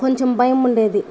కొంచెం భయం ఉండేది